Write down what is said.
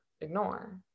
ignore